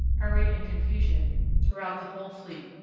hurry and confusion throughout the whole fleet,